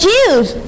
Jews